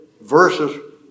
versus